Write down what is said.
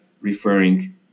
referring